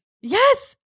Yes